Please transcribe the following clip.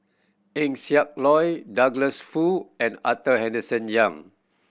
Eng Siak Loy Douglas Foo and Arthur Henderson Young